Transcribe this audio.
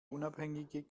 unabhängige